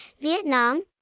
Vietnam